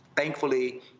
Thankfully